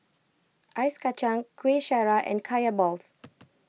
Ice Kacang Kueh Syara and Kaya Balls